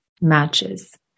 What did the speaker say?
matches